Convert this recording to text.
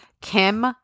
Kim